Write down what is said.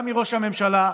חבר הכנסת יבגני סובה.